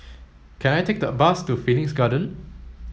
can I take a bus to Phoenix Garden